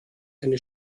eine